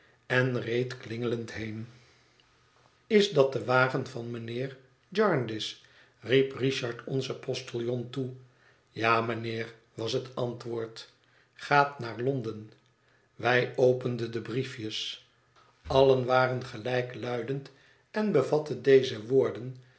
en reed klingelend heen is dat de wagen van mijnheer jarndyce riep richard onzen postiljon toe ja mijnheer was het antwoord gaat naar londen wij openden de briefjes allen waren gelijkhet verlaten eüls luidend en bevatten deze woorden